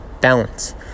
balance